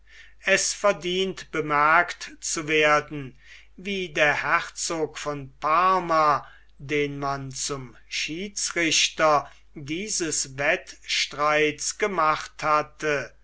es verdient bemerkt zu werden wie der herzog von parma den man zum schiedsrichter dieses wettstreits gemacht hatte